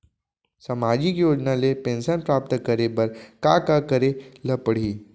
सामाजिक योजना ले पेंशन प्राप्त करे बर का का करे ल पड़ही?